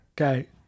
Okay